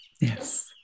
Yes